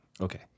okay